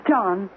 John